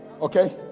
Okay